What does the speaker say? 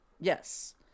Yes